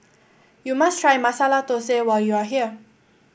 you must try Masala Thosai when you are here